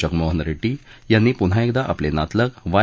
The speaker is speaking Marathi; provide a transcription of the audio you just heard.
जगमोहन रेड्डी यांनी पुन्हा एकदा आपले नातलग वाय